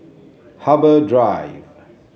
Harbour Drive